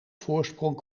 voorsprong